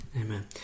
amen